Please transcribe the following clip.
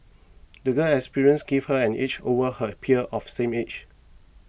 the girl's experiences gave her an edge over her peers of same age